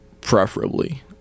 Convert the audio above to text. preferably